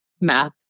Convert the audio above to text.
math